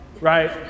right